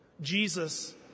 Jesus